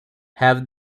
have